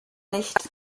nicht